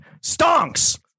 Stonks